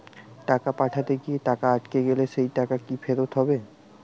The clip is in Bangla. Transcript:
টাকা পাঠাতে গিয়ে টাকা আটকে গেলে সেই টাকা কি ফেরত হবে?